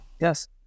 Yes